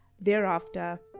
thereafter